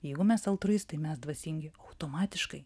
jeigu mes altruistai mes dvasingi automatiškai